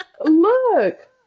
Look